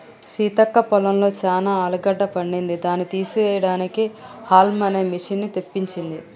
సీతక్క పొలంలో చానా ఆలుగడ్డ పండింది దాని తీపియడానికి హౌల్మ్ అనే మిషిన్ని తెప్పించింది